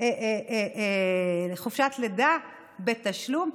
חופשת לידה בתשלום,